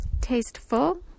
tasteful